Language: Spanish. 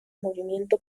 movimiento